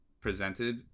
presented